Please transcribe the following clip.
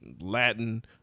latin